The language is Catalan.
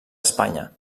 espanya